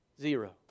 Zero